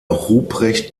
ruprecht